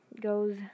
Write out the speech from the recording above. goes